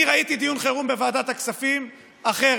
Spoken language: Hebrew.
אני ראיתי דיון חירום אחר בוועדת הכספים אתמול,